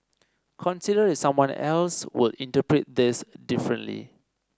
consider if someone else would interpret this differently